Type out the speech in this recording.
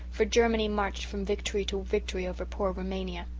for germany marched from victory to victory over poor rumania.